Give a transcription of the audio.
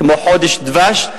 כמו חודש דבש,